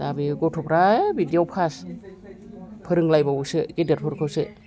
दा बे गथ'फ्रा बिदियाव फास्ट फोरोंलायबावोसो गिदिरफोरखौसो